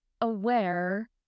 aware